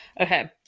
Okay